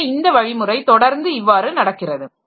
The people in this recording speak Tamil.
எனவே இந்த வழிமுறை தொடர்ந்து இவ்வாறு நடக்கிறது